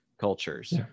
cultures